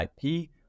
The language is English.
IP